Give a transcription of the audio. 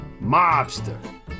Mobster